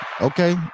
okay